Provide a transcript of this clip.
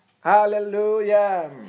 Hallelujah